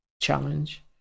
challenge